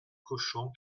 cochons